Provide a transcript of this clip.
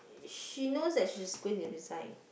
she knows that she's going to resign